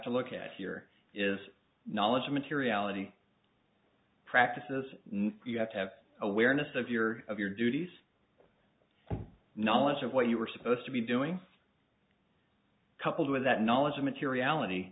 to look at here is knowledge materiality practices you have to have awareness of your of your duties knowledge of what you were supposed to be doing coupled with that knowledge of materiality